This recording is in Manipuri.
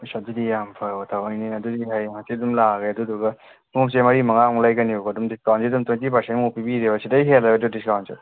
ꯑꯁ ꯑꯗꯨꯗꯤ ꯌꯥꯝ ꯐꯕ ꯊꯕꯛꯅꯤꯅꯦ ꯑꯗꯨꯗꯤ ꯍꯌꯦꯡ ꯍꯥꯡꯆꯤꯠ ꯑꯗꯨꯝ ꯂꯥꯛꯑꯒꯦ ꯑꯗꯨꯗꯨꯒ ꯈꯨꯃꯨꯛꯁꯦ ꯃꯔꯤ ꯃꯉꯥꯃꯨꯛ ꯂꯩꯒꯅꯦꯕꯀꯣ ꯑꯗꯨꯝ ꯗꯤꯁꯀꯥꯎꯟꯁꯦ ꯑꯗꯨꯝ ꯇ꯭ꯋꯦꯟꯇꯤ ꯄꯥꯔꯁꯦꯟꯃꯨꯛ ꯄꯤꯕꯤꯔꯦꯕ ꯁꯤꯗꯒꯤ ꯍꯦꯜꯂꯔꯣꯏꯗ꯭ꯔꯣ ꯗꯤꯁꯀꯥꯎꯟꯁꯦ